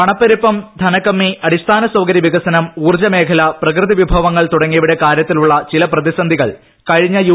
പണപ്പെരുപ്പം ധനക്കമ്മി അടിസ്ഥാന സൌകര്യ വികസനം ഊർജ്ജമേഖല പ്രകൃതി വിഭവങ്ങൾ തുടങ്ങിവയുടെ കാരൃത്തിലുള്ള പ്രതിസന്ധികൾ കഴിഞ്ഞ യു